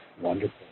Wonderful